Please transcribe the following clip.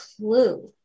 clue